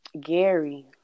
Gary